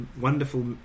wonderful